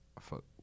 fuck